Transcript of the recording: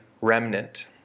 remnant